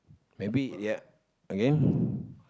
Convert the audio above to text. maybe yeah again